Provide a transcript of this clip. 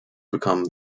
become